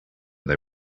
they